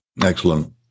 Excellent